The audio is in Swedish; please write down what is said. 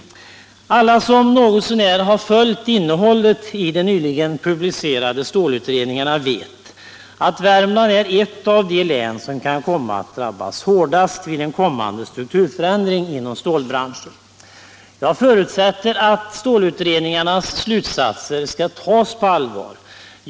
Alla som något så när har följt innehållet i dessa utredningar vet att Värmland är ett av de län som kan komma att drabbas hårdast vid en kommande strukturförändring inom stålbranschen. Jag förutsätter att stålutredningarnas slutsatser skall tas på allvar.